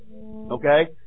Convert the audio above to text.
Okay